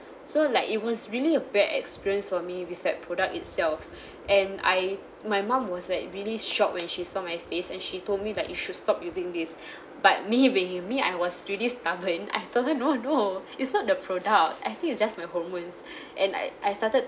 so like it was really a bad experience for me with that product itself and I my mom was like really shock when she saw my face and she told me like you should stop using this but me being me I was really stubborn I thought no no it's not the product I think it's just my hormones and I I started